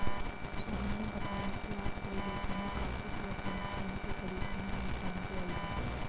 सोहन ने बताया आज कई देशों में कॉफी प्रसंस्करण के तरीकों में नई क्रांति आई है